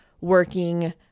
working